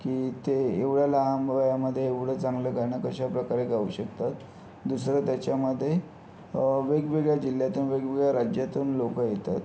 की ते एवढ्या लहान वयामध्ये एवढं चांगलं गाणं कशाप्रकारे गाऊ शकतात दुसरं त्याच्यामध्ये वेगवेगळ्या जिल्ह्यातून वेगवेगळ्या राज्यातून लोकं येतात